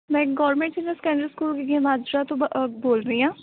ਮੈਂ government senior secondary school Majra ਤੋਂ ਬ ਬੋਲ ਰਹੀ ਹਾਂ